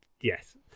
yes